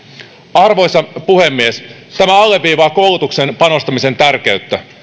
arvoisa puhemies tämä alleviivaa koulutukseen panostamisen tärkeyttä